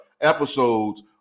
episodes